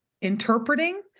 interpreting